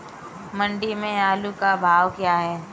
मंडी में आलू का भाव क्या है?